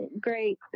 great